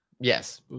Yes